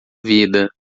vida